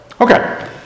Okay